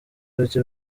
bacye